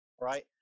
right